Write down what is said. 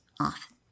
off